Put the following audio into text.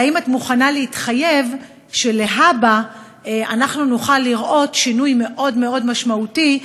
והאם את מוכנה להתחייב שלהבא אנחנו נוכל לראות שינוי מאוד מאוד משמעותי,